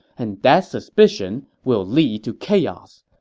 and that suspicion will lead to chaos.